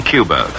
Cuba